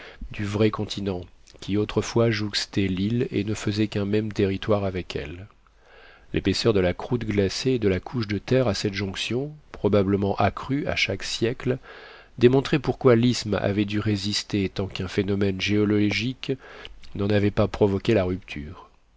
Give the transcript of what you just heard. du vrai continent qui autrefois jouxtait l'île et ne faisait qu'un même territoire avec elle l'épaisseur de la croûte glacée et de la couche de terre à cette jonction probablement accrue à chaque siècle démontrait pourquoi l'isthme avait dû résister tant qu'un phénomène géologique n'en avait pas provoqué la rupture